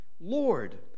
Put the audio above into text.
Lord